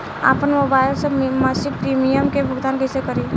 आपन मोबाइल से मसिक प्रिमियम के भुगतान कइसे करि?